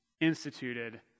instituted